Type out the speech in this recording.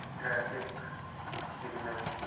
traffic signal